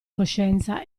coscienza